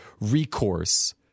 recourse